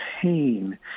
pain